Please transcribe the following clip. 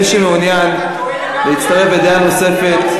מי שמעוניין להצטרף בדעה נוספת,